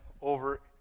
over